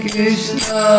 Krishna